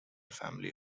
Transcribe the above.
family